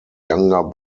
younger